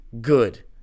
good